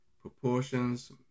proportions